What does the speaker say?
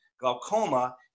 glaucoma